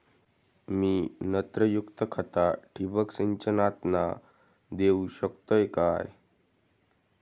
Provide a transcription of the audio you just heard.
मी नत्रयुक्त खता ठिबक सिंचनातना देऊ शकतय काय?